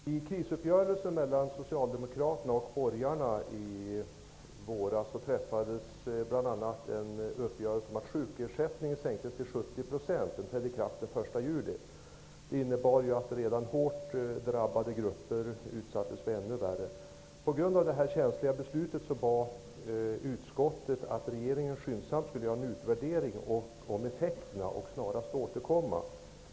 Herr talman! I krisuppgörelsen mellan Socialdemokraterna och borgarna i våras träffades bl.a. en uppgörelse om att sjukersättningen skulle minskas till 70 %. Ändringen trädde i kraft den 1 juli. Den innebar att redan hårt drabbade grupper fick det ännu värre. På grund av detta känsliga beslut bad utskottet att regeringen skyndsamt skulle göra en utvärdering av effekterna och snarast återkomma.